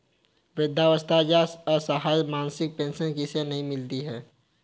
वृद्धावस्था या असहाय मासिक पेंशन किसे नहीं मिलती है?